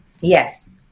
Yes